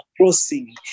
crossing